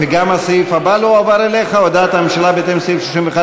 גם הסעיף הבא לא הועבר אליך: הודעת הממשלה בהתאם לסעיף